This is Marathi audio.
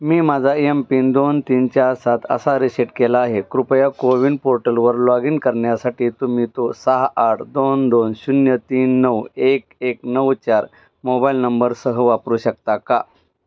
मी माझा एमपिन दोन तीन चार सात असा रिसेट केला आहे कृपया कोविन पोर्टलवर लॉग इन करण्यासाठी तुम्ही तो सहा आठ दोन दोन शून्य तीन नऊ एक एक नऊ चार मोबाईल नंबरसह वापरू शकता का